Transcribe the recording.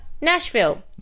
Nashville